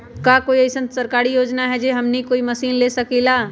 का कोई अइसन सरकारी योजना है जै से हमनी कोई मशीन ले सकीं ला?